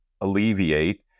alleviate